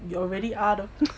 you already are though